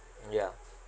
ya